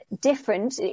different